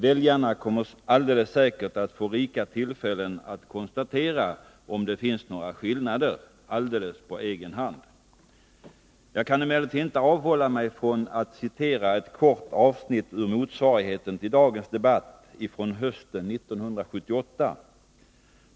Väljarna kommer alldeles säkert att få rika tillfällen att på egen hand konstatera om det finns några skillnader. Jag kan emellertid inte avhålla mig från att citera ett kort avsnitt ur motsvarigheten till dagens debatt hösten 1978.